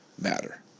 matter